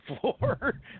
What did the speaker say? floor